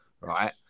right